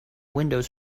windows